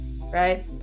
right